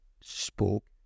spoke